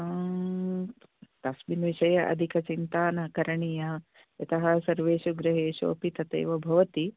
तस्मिन् विषये अधिकचिन्ता न करणीया यतः सर्वेषु गृहेषु अपि तथैव भवति